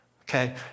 Okay